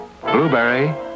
Blueberry